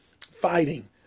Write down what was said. fighting